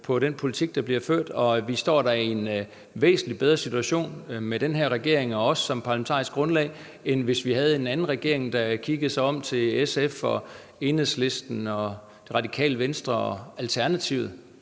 på den politik, der bliver ført, og vi står da i en væsentlig bedre situation med den her regering og os som parlamentarisk grundlag, end hvis vi havde en anden regering, der kiggede til SF, Enhedslisten, Det Radikale Venstre og Alternativet.